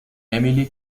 emily